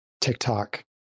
TikTok